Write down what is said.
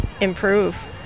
improve